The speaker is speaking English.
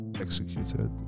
executed